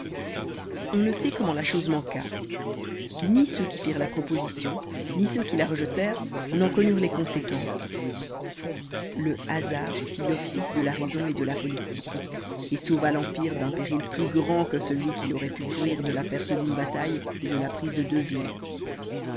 on ne sait comment la chose manqua ni ceux qui firent la proposition ni ceux qui la rejetèrent n'en connurent les conséquences le hasard fit l'office de la raison et de la politique et sauva l'empire d'un péril plus grand que celui qu'il auroit pu courir de la perte de trois batailles et de la prise de deux villes